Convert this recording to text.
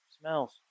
smells